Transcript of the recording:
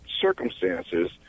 circumstances